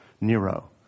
Nero